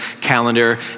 calendar